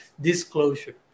Disclosure